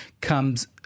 comes